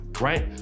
right